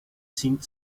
sind